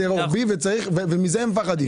זה רוחבי ומזה הם מפחדים,